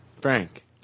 frank